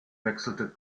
wechselte